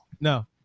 No